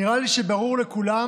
נראה לי שברור לכולם